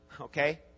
Okay